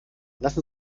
lassen